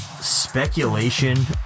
speculation